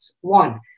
One